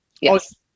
yes